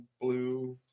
blue